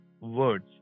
words